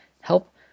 help